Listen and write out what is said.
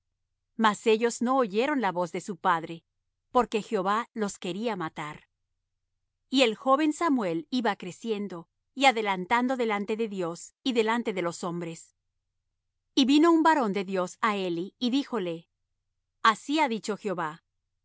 mas ellos no oyeron la voz de su padre porque jehová los quería matar y el joven samuel iba creciendo y adelantando delante de dios y delante de los hombres y vino un varón de dios á eli y díjole así ha dicho jehová